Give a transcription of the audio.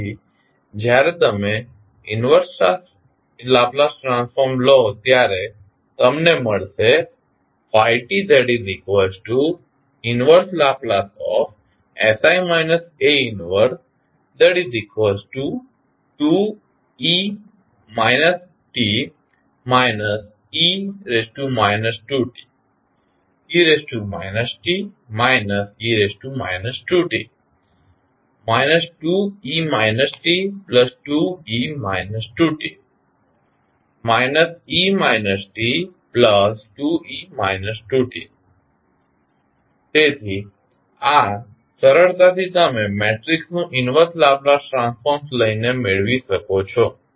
તેથી જ્યારે તમે ઇન્વર્સ લાપ્લાસ ટ્રાન્સફોર્મ લો ત્યારે તમને મળશે તેથી આ સરળતાથી તમે મેટ્રિક્સનું ઇન્વર્સ લાપ્લાસ ટ્રાન્સફોર્મ લઈને મેળવી શકો છો